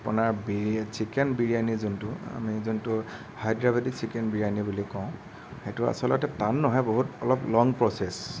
আপোনাৰ বিৰি চিকেন বিৰিয়ানি আমি যোনটো আমি যোনটো হায়দৰাবাদী চিকেন বিৰিয়ানি বুলি কওঁ সেইটো আচলতে টান নহয় বহুত অলপ লং প্ৰচেছ